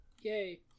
Yay